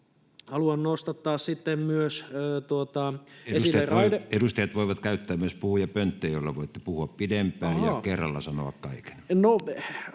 hallinnonala Time: 20:56 Content: Edustajat voivat käyttää myös puhujapönttöä, jolloin voitte puhua pidempään ja kerralla sanoa kaiken.